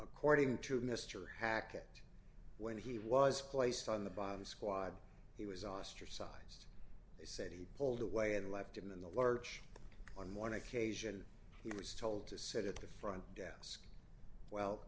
according to mr hackett when he was placed on the bomb squad he was ostracized they said he pulled away and left him in the lurch on one occasion he was told to sit at the front desk well